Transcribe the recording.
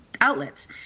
outlets